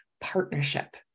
partnership